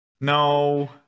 No